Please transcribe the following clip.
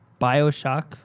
Bioshock